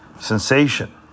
sensation